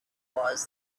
was